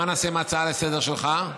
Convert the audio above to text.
מה נעשה עם ההצעה לסדר-היום שלך?